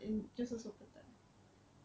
mm